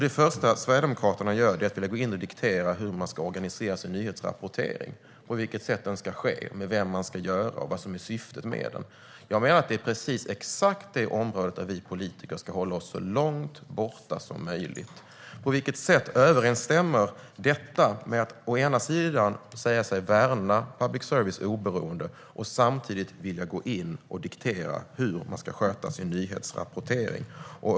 Det första som Sverigedemokraterna gör är att gå in och diktera hur nyhetsrapporteringen ska organiseras, på vilket sätt den ska ske, med vem man ska göra det och vad som är syftet med den. Det är precis exakt det område där vi politiker ska hålla oss så långt borta som möjligt. På vilket sätt överensstämmer att å ena sidan säga sig värna om en oberoende public service med att samtidigt vilja gå in och diktera hur man ska sköta sin nyhetsrapportering?